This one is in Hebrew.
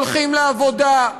הולכים לעבודה,